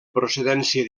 procedència